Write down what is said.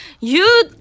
You-